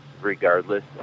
regardless